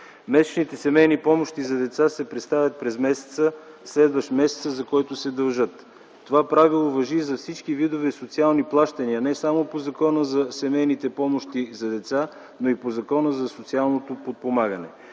Месечните семейни помощи за деца се предоставят през месеца, следващ месеца, за който се дължат. Това правило важи и за всички видове социални плащания - не само по Закона за семейните помощи за деца, но и по Закона за социалното подпомагане.